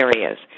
areas